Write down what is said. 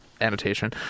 annotation